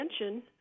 attention